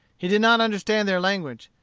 he did not understand their language.